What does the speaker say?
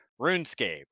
RuneScape